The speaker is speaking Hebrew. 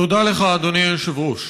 תודה לך, אדוני היושב-ראש.